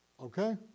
Okay